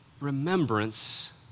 remembrance